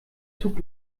zug